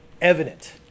evident